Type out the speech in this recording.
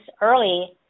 early